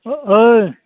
हो ओइ